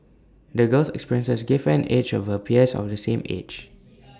the girl's experiences gave her an edge over her peers of the same age